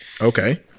Okay